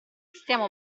stiamo